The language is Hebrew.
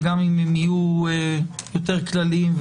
וגם אם הם יהיו יותר כלליים,